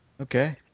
Okay